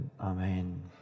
Amen